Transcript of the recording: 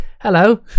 hello